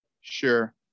Sure